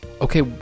okay